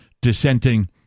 dissenting